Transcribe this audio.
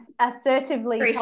assertively